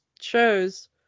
shows